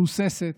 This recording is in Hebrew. מהוססת,